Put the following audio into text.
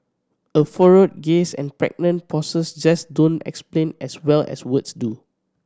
a furrowed gaze and pregnant pauses just don't explain as well as words do